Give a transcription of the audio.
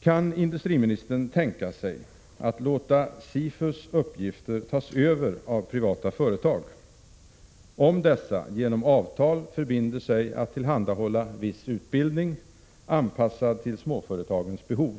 Kan industriministern tänka sig att låta SIFU:s uppgifter tas över av privata företag, om dessa genom avtal förbinder sig att tillhandahålla viss utbildning, anpassad till småföretagens behov?